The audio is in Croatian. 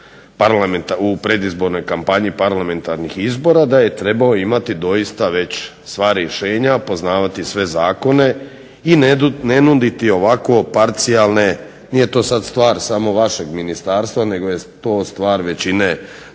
u predizbornoj kampanji parlamentarnih izbora da je trebao doista već sva rješenja, poznavati sve zakone i ne nuditi ovako parcijalne, nije to sada stvar samo vašeg ministarstva nego je to stvar većine